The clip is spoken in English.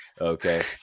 okay